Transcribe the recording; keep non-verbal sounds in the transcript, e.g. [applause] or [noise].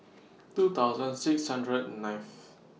[noise] two thousand six hundred and ninth